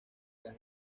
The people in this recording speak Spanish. las